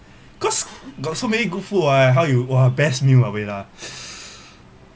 cause got so many good food what how you !wah! best meal ah wait ah